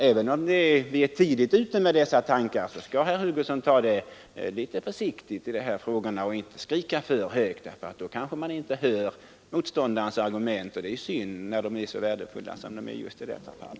Även om vi är tidigt ute med dessa tankar skall herr Hugosson ta det litet försiktigt i de här frågorna och inte flyga för högt; då kanske han inte hör motståndarens argument, och det är synd när de är så värdefulla som just i detta fall!